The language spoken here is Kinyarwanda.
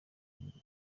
igihugu